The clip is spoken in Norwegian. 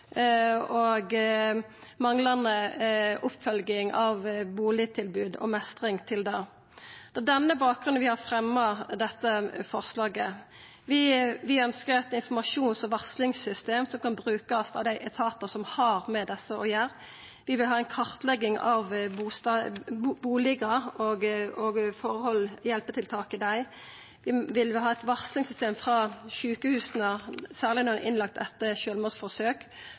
og manglande oppfølging av bustadstilbod og mestring til å bu. Det er på denne bakgrunnen vi har fremja dette forslaget. Vi ønskjer eit informasjons- og varslingssystem som kan brukast av dei etatane som har med desse å gjera. Vi vil ha ei kartlegging av bustader og hjelpetiltak i dei. Vi vil ha eit varslingssystem frå sjukehusa, særleg når ein er innlagd etter sjølvmordsforsøk,